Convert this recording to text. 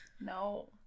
No